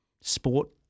sport